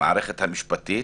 במערכת המשפטית,